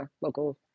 local